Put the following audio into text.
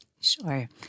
Sure